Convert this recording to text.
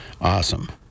awesome